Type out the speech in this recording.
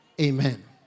Amen